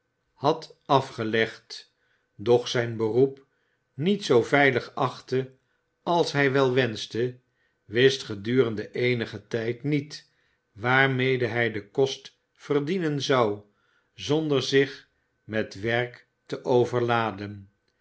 had afgelegd doch zijn beroep niet zoo veilig achtte als hij wel wenschte wist gedurende eenigen tijd niet waarmede hij den kost verdienen zou zonder zich met werk te overladen